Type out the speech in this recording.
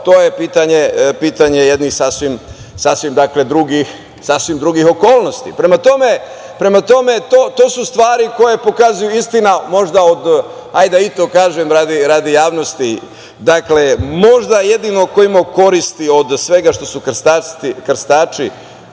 to je pitanje sasvim drugih okolnosti. Prema tome, to su stvari koje pokazuju, istina, možda od, hajde da i to kažem radi javnosti, dakle, možda jedino ko je imao koristi od svega što su krstaši